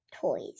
Toys